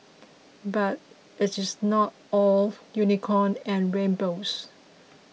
but it is not all unicorn and rainbows